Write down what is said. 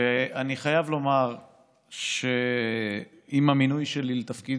ואני חייב לומר שעם המינוי שלי לתפקיד